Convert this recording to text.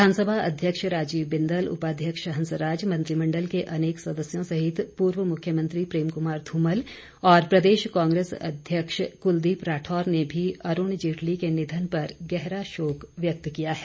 विधानसभा अध्यक्ष राजीव बिंदल उपाध्यक्ष हंसराज मंत्रिमण्डल के अनेक सदस्यों सहित पूर्व मुख्यमंत्री प्रेम कुमार ध्रमल और प्रदेश कांग्रेस अध्यक्ष कुलदीप राठौर ने भी अरूण जेटली के निधन पर गहरा शोक व्यक्त किया है